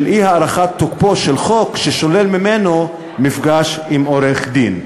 אי-הארכת תוקפו של חוק ששולל ממנו מפגש עם עורך-דין.